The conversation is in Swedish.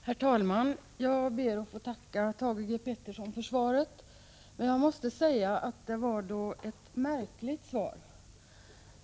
Herr talman! Jag ber att få tacka Thage G. Peterson för svaret. Jag måste säga att det var ett märkligt svar.